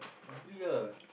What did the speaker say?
hungry ah